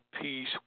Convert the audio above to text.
peace